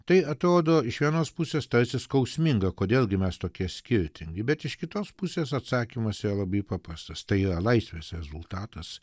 tai atrodo iš vienos pusės tarsi skausminga kodėl gi mes tokie skirtingi bet iš kitos pusės atsakymas yra labai paprastas tai laisvės rezultatas